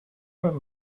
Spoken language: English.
what